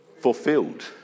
fulfilled